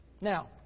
Now